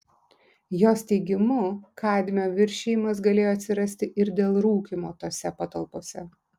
jos teigimu kadmio viršijimas galėjo atsirasti ir dėl rūkymo tose patalpose